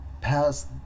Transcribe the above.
past